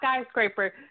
Skyscraper